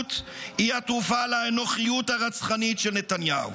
סולידריות היא התרופה לאנוכיות הרצחנית של נתניהו.